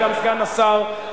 גם סגן השר,